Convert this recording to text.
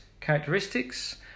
characteristics